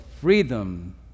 freedom